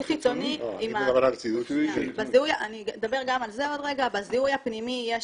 אני מדבר על זיהוי פנימי.